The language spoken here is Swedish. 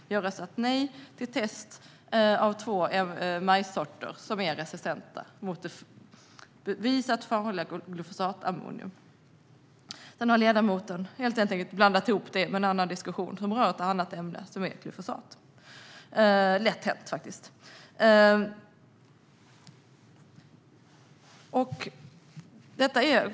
Vi har röstat nej till test av två majssorter som är resistenta mot glufosinatammonium som är bevisat farligt. Sedan har ledamoten helt enkelt blandat ihop detta med en annan diskussion som rör ett annat ämne, glyfosat. Det är lätt hänt.